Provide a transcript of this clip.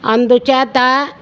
అందుచాత